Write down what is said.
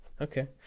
Okay